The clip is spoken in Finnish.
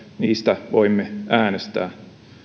niistä voimme äänestää